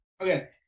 Okay